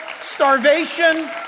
starvation